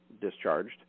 discharged